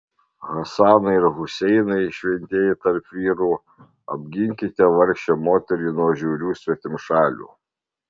hasanai ir huseinai šventieji tarp vyrų apginkite vargšę moterį nuo žiaurių svetimšalių